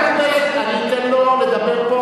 הוא גם לא דיבר ביום